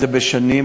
זה בשנים,